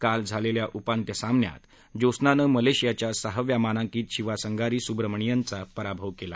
काल झालेल्या उपांत्य सामन्यात ज्योत्सनानं मलेशियाच्या सहाव्या मानांकित शिवासंगारी सुब्रमणियमचा पराभव केला